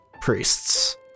priests